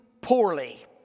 poorly